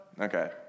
Okay